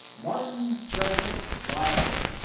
martin frederick wilder.